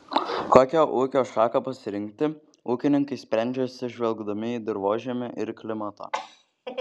kokią ūkio šaką pasirinkti ūkininkai sprendžia atsižvelgdami į dirvožemį ir klimatą